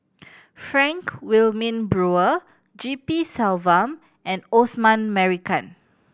Frank Wilmin Brewer G P Selvam and Osman Merican